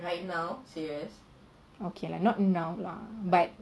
okay lah not now lah but